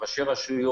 עם ראשי רשויות,